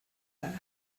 her